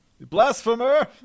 Blasphemer